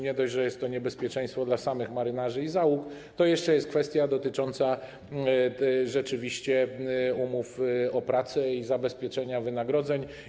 Nie dość, że jest to niebezpieczeństwo dla samych marynarzy i załóg, to jeszcze jest kwestia dotycząca rzeczywiście umów o pracę i zabezpieczenia wynagrodzeń.